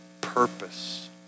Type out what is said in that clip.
purpose